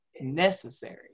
necessary